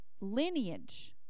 lineage